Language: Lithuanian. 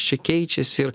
čia keičias ir